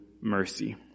mercy